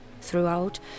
throughout